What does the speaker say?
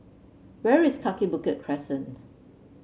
where is Kaki Bukit Crescent